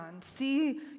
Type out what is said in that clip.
see